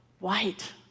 white